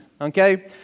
Okay